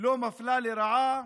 לא מפלה לרעה,